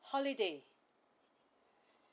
holiday